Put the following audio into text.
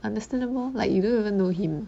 understandable like you didn't even know him